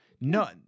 No